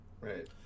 right